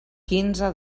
quinze